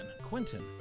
Quentin